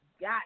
got